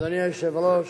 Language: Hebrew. אדוני היושב-ראש,